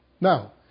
Now